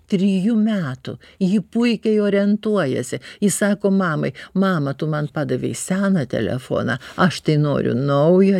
trijų metų ji puikiai orientuojasi įsako mamai mama tu man padavei seną telefoną aš tai noriu naujo